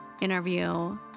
interview